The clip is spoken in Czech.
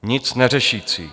Nic neřešící.